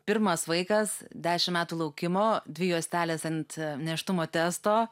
pirmas vaikas dešim metų laukimo dvi juostelės ant nėštumo testo